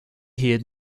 hiad